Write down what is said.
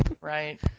Right